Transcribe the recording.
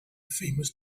famous